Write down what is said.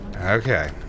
Okay